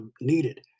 needed